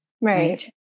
Right